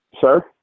sir